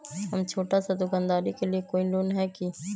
हम छोटा सा दुकानदारी के लिए कोई लोन है कि?